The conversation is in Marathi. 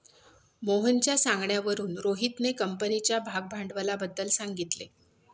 मोहनच्या सांगण्यावरून रोहितने कंपनीच्या भागभांडवलाबद्दल सांगितले